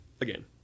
again